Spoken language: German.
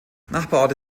nachbarorte